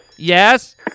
Yes